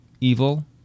evil